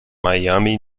miami